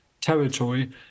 territory